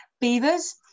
beavers